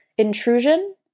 intrusion